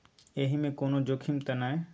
एहि मे कोनो जोखिम त नय?